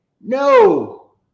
No